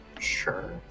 sure